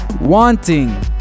wanting